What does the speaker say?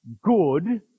good